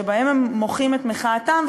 שבהם הם מוחים את מחאתם,